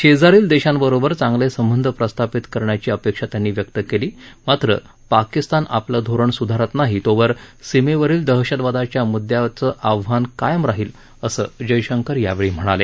शेजारील देशांबरोबर चांगले संबंध प्रस्थापित करण्याची अपेक्षा त्यांनी व्यक्त केली मात्र पाकिस्तान आपले धोरण सुधारत नाही तोवर सीमेवरील दहशतवादाच्या मुद्द्याचं आव्हान कायम राहील असं जयशंकर यावेळी म्हणाले